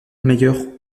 meilleurs